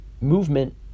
movement